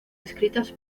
escritas